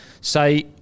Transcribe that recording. say